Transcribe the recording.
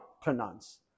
pronounce